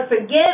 forgive